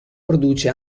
produce